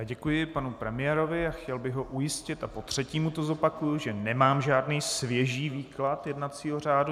Děkuji panu premiérovi a chtěl bych ho ujistit a potřetí mu to zopakuji , že nemám žádný svěží výklad jednacího řádu.